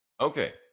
okay